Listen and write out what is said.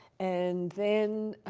and then